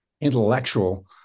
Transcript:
intellectual